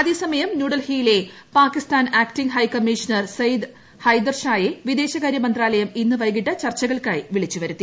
അതേസമയം ന്യൂഡൽഹിയിലെ Pakistan acting high commissioner Syed ഹൈദർഷായെ വിദേശകാരൃ മന്ത്രാലയം ഇന്ന് വൈകിട്ട് ചർച്ചകൾക്കായി വിളിച്ചുവരുത്തി